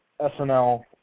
SNL